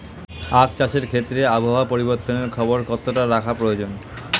আখ চাষের ক্ষেত্রে আবহাওয়ার পরিবর্তনের খবর কতটা রাখা প্রয়োজন?